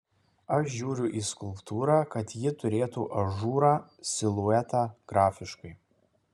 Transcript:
aš žiūriu į skulptūrą kad ji turėtų ažūrą siluetą grafiškai